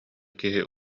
киһи